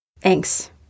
Thanks